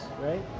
right